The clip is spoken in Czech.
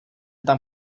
tam